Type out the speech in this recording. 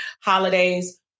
holidays